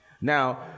Now